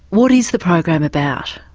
what is the program about?